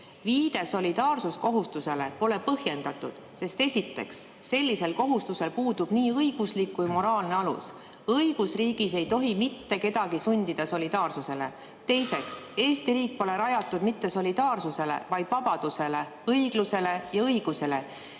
"Viide solidaarsuskohustusele pole põhjendatud, sest esiteks, sellisel kohustusel puudub nii õiguslik kui moraalne alus. Õigusriigis ei tohi mitte kedagi sundida solidaarsusele. Teiseks, Eesti riik pole rajatud mitte solidaarsusele, vaid vabadusele, õiglusele ja õigusele,